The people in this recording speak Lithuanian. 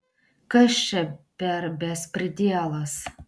kas čia per bespridielas